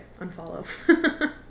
unfollow